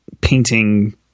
painting